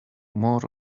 more